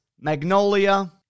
Magnolia